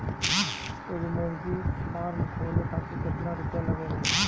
एगो मुर्गी फाम खोले खातिर केतना रुपया लागेला?